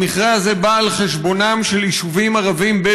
המכרה הזה בא על חשבונם של יישובים ערביים-בדואיים,